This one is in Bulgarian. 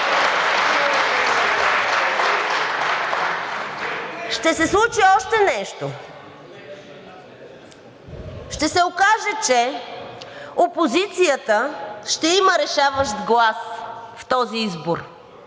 Ще се случи още нещо. Ще се окаже, че опозицията ще има решаващ глас в този избор,